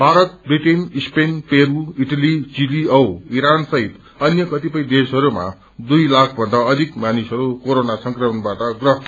Bharat Britain Spain पेस् Italy विली औ ईरान सहित अन्य कतिपय देशहरूमा दुइ लाखभन्दा अधिक मानिसहरू कोरोना संक्रमणबाट प्रस्त छन्